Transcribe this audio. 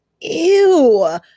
ew